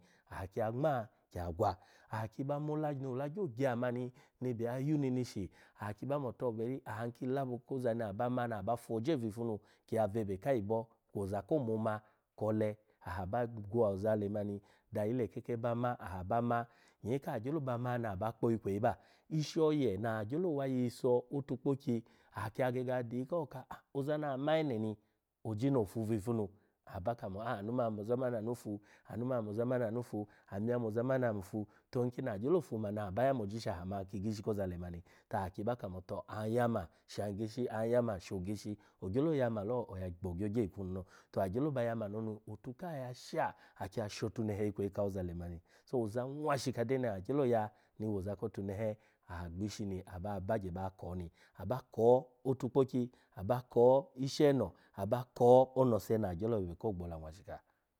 Aha kiya ngma kiya gwa, aha kiba mola byo ola gyo gya mani ni ebe ya yu neneshi aha kiba moto, beri ahan ki labo kozani aha ba mani, na ba foje bwi ipu nu kiya bwebe ka ayibo kwo oza ko mona kole, aha bo gwoza lmani da ayileke ba ma aha ba ma, nyee ka gyelo ba ma ni aba kpo ikweyi ba ishi oye na agyelo wa yiso otukpokyi akiya gege adiyika oka a-ozana ama ene ni, oji no ofu bwifunu, aba, kamo aa anu oni moza mani anu fu, anu manu moza, manu anu fu, ani ya mo oza mani, ani fu to agyolo fu mani aba yamoji shan gyishi koza lemani, aha kiba kamo to ahan yama shan gyishi, oyama shi gyishi ogyolo yama lo oya gbo ogyogye ifunu lo, to agyolo ba yamani oni otu ka yasha aki ya shotunehe ifu kawo za lemani. So oza nwashika de na agyolo ya ni woza kotunehe ah gbishi na aha bawa bagye ba ko ni. Aba ko otukpokyi, aba ko ishe no, aba ko onese na webe ko gbola nwashi ka.